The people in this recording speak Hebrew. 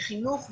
לחינוך,